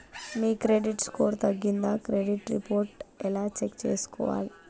మీ credit score తగ్గిందా credit report ఎలా check చేసుకోవాలి?